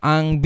Ang